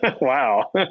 Wow